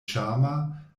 ĉarma